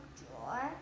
drawer